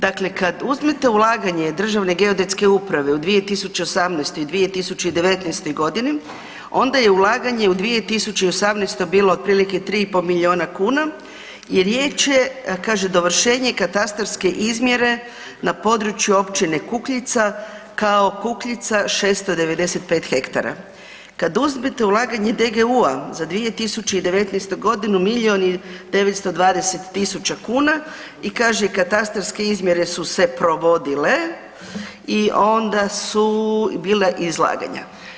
Dakle, kad uzmete ulaganje Državne geodetske uprave u 2018. i 2019.g. onda je ulaganje u 2018. bilo otprilike 3,5 milijuna kuna i riječ je kaže „dovršenje katastarske izmjere na području općine Kukljica, k.o. Kukljica 695 hektara“, kad uzmete ulaganje DGU-a za 2019.g. milijun i 920 tisuća kuna i kaže „katastarske izmjere su se provodile i onda su bila izlaganja“